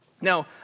now